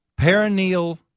perineal